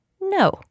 no